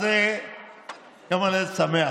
אז יום הולדת שמח.